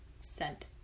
scent